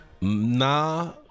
Nah